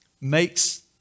makes